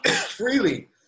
Freely